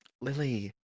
Lily